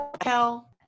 Hell